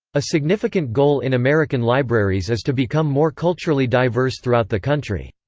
a significant goal in american libraries is to become more culturally diverse throughout the country.